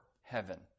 heaven